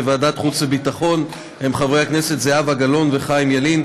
בוועדת חוץ ביטחון הם חברי הכנסת זהבה גלאון וחיים ילין.